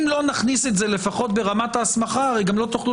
אם לא נכניס את זה לפחות ברמת ההסמכה הרי גם לא תוכלו